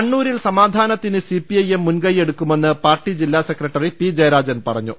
കണ്ണൂരിൽ സമാധാനത്തിന് CP IM മുൻകൈ യ്യെടുക്കു മെന്ന് പാർട്ടി ജില്ലാ സെക്ര ട്ടറി പി ജയരാജൻ പറഞ്ഞു